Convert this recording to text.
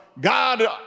God